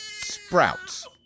Sprouts